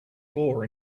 floor